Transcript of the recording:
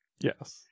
Yes